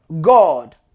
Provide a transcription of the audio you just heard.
God